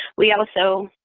we also